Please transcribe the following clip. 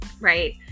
right